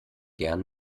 gern